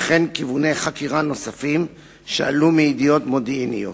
וכן כיווני חקירה נוספים שעלו מידיעות מודיעיניות.